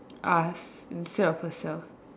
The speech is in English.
us instead of herself